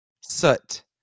Soot